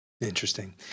Interesting